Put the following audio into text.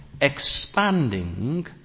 expanding